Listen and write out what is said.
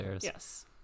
yes